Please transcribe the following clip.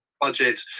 budget